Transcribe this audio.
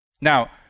Now